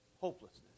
hopelessness